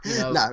No